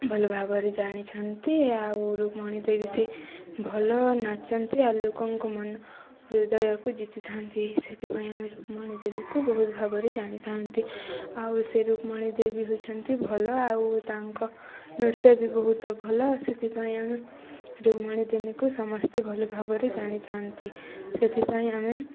ଭଲ ଭାବରେ ଜାଣିଛନ୍ତି ଆଉ ରୁକ୍ମଣୀ ଦେବୀ ସେ ଭଲ ନାଚନ୍ତି ଆଉ ଲୋକଙ୍କ ମନ ହୃଦୟକୁ ଜିତିଥାନ୍ତି ସେଥିପାଇଁ ଆମେ ରୁକ୍ମଣୀ ଦେବୀକୁ ବହୁତ ଭାବରେ ଜାଣିଥାନ୍ତି ଆଉ ସେ ରୁକ୍ମଣୀ ଦେବୀ ହେଉଛନ୍ତି ଭଲ ଆଉ ତାଙ୍କ ନୃତ୍ୟ ବି ବହୁତ ଭଲ ସେଥିପାଇଁ ଆମେ ରୁକ୍ମଣୀ ଦେବୀକୁ ସମସ୍ତେ ଭଲ ଭାବରେ ଜାଣିଥାନ୍ତି ସେଥିପାଇଁ ଆମେ